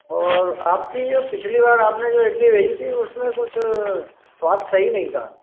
और आपकी जो पिछली बार आपने जो भेजी थी उसमें कुछ स्वाद सही नई था